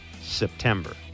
September